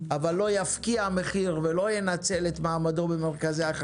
שיש מועד פוטנציאלי.